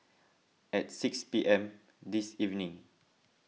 at six P M this evening